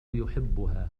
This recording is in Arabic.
يحبها